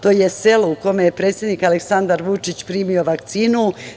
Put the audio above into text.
To je selo u kome je predsednik Aleksandar Vučić primio vakcinu.